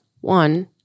one